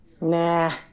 Nah